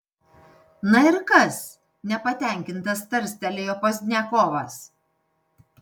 na ir kas nepatenkintas tarstelėjo pozdniakovas